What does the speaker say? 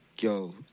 yo